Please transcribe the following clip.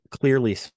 clearly